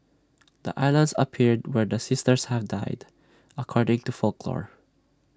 the islands appeared where the sisters had died according to folklore